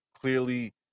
clearly